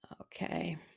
Okay